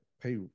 Pay